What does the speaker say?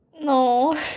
No